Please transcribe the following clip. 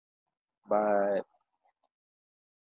but